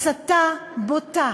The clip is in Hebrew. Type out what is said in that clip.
הסתה בוטה